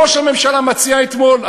ראש הממשלה מציע אתמול,